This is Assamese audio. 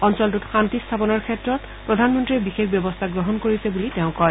অঞ্চলটোত শান্তি স্থাপনৰ ক্ষেত্ৰত প্ৰধানমন্ত্ৰীয়ে বিশেষ ব্যৱস্থা গ্ৰহণ কৰিছে বুলি তেওঁ কয়